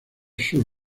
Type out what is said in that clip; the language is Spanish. sus